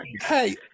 Hey